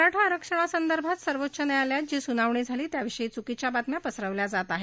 मराठा आरक्षणासंदर्भात् सर्वोच्च न्यायालयात जी सुनावणी झाली त्याविषयी चुकीच्या बातम्या पसरवल्या जात आहेत